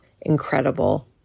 incredible